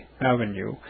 Avenue